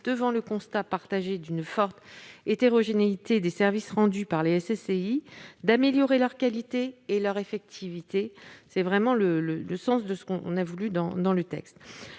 devant le constat partagé d'une forte hétérogénéité des services rendus par les SCCI, d'améliorer leur qualité et leur effectivité. C'est véritablement ce qui a animé la